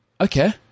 Okay